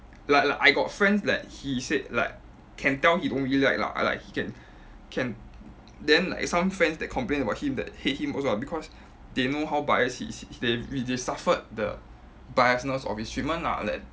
like like I got friends that he said like can tell he don't really like lah but like he can can then like some friends that complain about him that hate him also ah because they know how biased he is they they suffered the biasness of his treatment lah like that